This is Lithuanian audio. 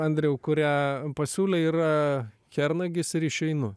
andriau kurią pasiūlė yra kernagis ir išeinu